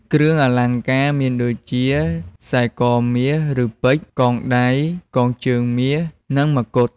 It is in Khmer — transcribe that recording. គ្រឿងអលង្ការមានដូចជាខ្សែកមាស ឬ ពេជ្រ កងដៃ កងជើងមាស និង ម្កុដ។